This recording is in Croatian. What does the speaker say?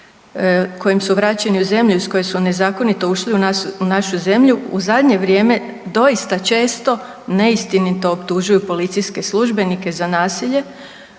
kojim su vraćeni u zemlje iz koje su nezakonito ušli u našu zemlju u zadnje vrijeme doista često neistinito optužuju policijske službenike za nasilje,